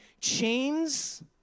chains